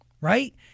right